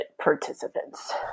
participants